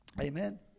Amen